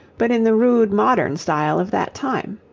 but in the rude modern style of that time.